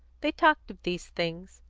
they talked of these things,